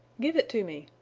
give it to me,